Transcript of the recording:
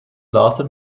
lasted